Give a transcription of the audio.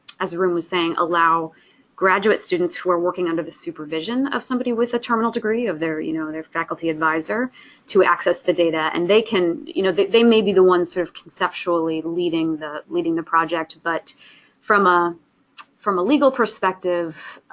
as arun was saying, allow graduate students who are working under the supervision of somebody with a terminal degree of their, you know, their faculty adviser to access the data. and they can, you know, they may be the ones sort of conceptually leading the leading the project, but from ah from a legal perspective,